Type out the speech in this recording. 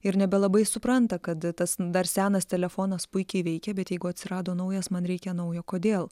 ir nebelabai supranta kad tas dar senas telefonas puikiai veikia bet jeigu atsirado naujas man reikia naujo kodėl